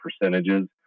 percentages